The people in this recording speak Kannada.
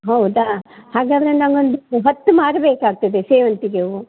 ಹೌದಾ ಹಾಗಾದರೆ ನಾವು ಒಂದು ಹತ್ತು ಮಾರು ಬೇಕಾಗ್ತದೆ ಸೇವಂತಿಗೆ ಹೂ